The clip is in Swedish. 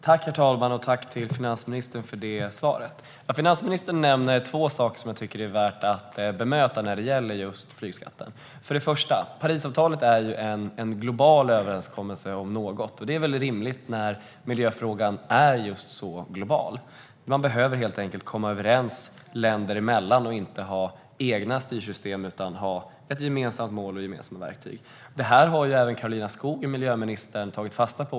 Herr talman! Jag tackar finansministern för svaret. Finansministern nämner två saker jag tycker att det är värt att bemöta när det gäller flygskatten. För det första är Parisavtalet en global överenskommelse om något, och det är väl rimligt när miljöfrågan är just så global. Man behöver helt enkelt komma överens länder emellan och inte ha egna styrsystem utan ett gemensamt mål och gemensamma verktyg. Detta har även miljöminister Karolina Skog tagit fasta på.